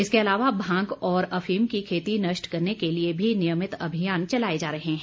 इसके अलावा भांग और अफीम की खेती नष्ट करने के लिए भी नियमित अभियान चलाए जा रहे हैं